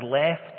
left